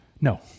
No